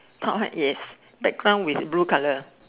com~ yes background with blue colour